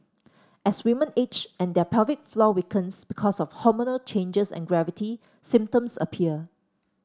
as women age and their pelvic floor weakens because of hormonal changes and gravity symptoms appear